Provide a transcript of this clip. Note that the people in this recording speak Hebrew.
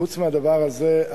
חוץ מהדבר הזה,